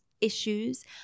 issues –